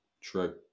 true